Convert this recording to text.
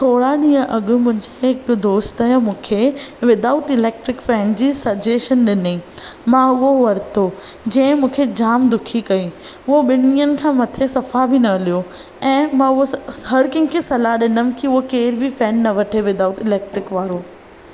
थोरा ॾींह अॻु मुंहिंजे हिक दोस्त मूंखे विदाउट इलैक्ट्रिक फ़ैन जी सजेशन ॾिनईं मां उहो वरितो जंहिं मूंखे जाम दुखी कयईं उहो ॿिनि ॾींहनि खां मथे सफ़ा बि न हलियो ऐं मां उहो हर कंहिं खे सलाह ॾींदमि कि उहो केर बि फ़ैन न वठे विदाउट इलैक्ट्रिक वारो